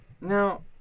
Now